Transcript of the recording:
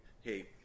hey